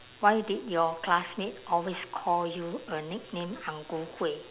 why did your classmate always call you a nickname ang ku kueh